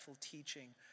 teaching